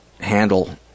handle